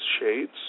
Shades